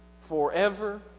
forever